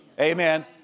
Amen